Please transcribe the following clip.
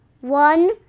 one